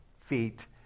feet